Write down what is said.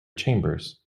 chambers